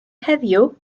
heddiw